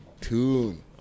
tune